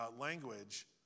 language